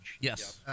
Yes